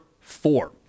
four